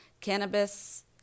cannabis